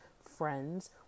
friends